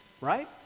right